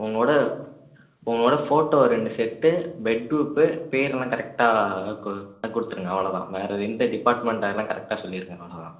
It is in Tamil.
உங்களோட உங்களோட ஃபோட்டோ ரெண்டு செட்டு பிளட் குரூப்பு பேர்லாம் கரெக்டாக இருக்க ஆ கொடுத்துருங்க அவ்வளோ தான் வேறு எந்த டிப்பார்ட்மெண்ட் அதெல்லாம் கரெக்டாக சொல்லிருங்க அவ்வளோ தான்